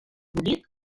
bullit